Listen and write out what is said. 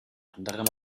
anderen